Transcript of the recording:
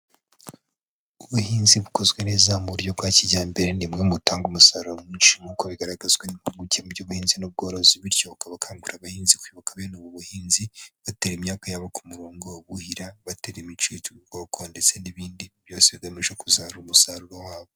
Ubuhinzi bukozwe neza mu buryo bwa kijyambere ni bumwe mutanga umusaruro mwinshi nk'uko bigaragazwa n'impuguke mu by'ubuhinzi n'ubworozi. Bityo bakaba bakangurira abahinzi kwibuka bene ubu buhinzi batera imyaka yabo ku murongo, buhira, batera ibiti by'ubu bwoko ndetse n'ibindi byose bigamije kuzara umusaruro wabo.